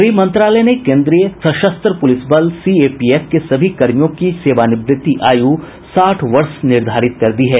गृह मंत्रालय ने केंद्रीय सशस्त्र पुलिस बल सीएपीएफ के सभी कर्मियों की सेवानिवृत्ति आयु साठ वर्ष निर्धारित कर दी है